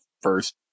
first